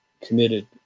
committed